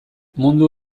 mundu